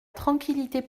tranquillité